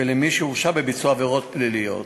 ולמי שהורשע בביצוע עבירות פליליות.